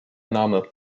name